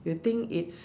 you think it's